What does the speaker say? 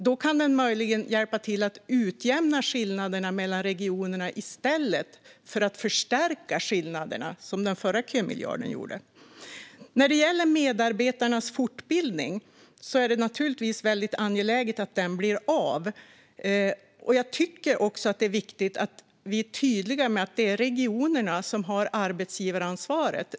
Då kan kömiljarden möjligen hjälpa till att utjämna skillnaderna mellan regionerna i stället för att förstärka dem, som den gjorde förut. När det gäller medarbetarnas fortbildning är det naturligtvis angeläget att den blir av. Jag tycker också att det är viktigt att vi är tydliga med att det är regionerna som har arbetsgivaransvaret.